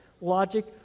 logic